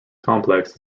complex